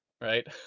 right